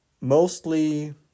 mostly